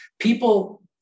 people